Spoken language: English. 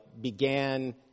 began